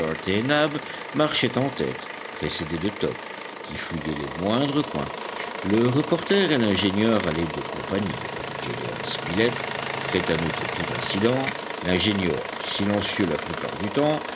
nab marchaient en tête précédés de top qui fouillait les moindres coins le reporter et l'ingénieur allaient de compagnie gédéon spilett prêt à noter tout incident l'ingénieur silencieux la plupart du temps